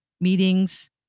meetings